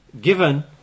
given